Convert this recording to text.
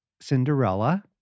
Cinderella